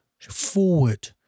forward